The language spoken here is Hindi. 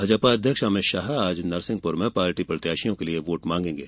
भाजपा अध्यक्ष अमित शाह आज नरसिंहपुर में पार्टी प्रत्याशियों के लिए वोट मांगेगे